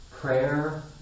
Prayer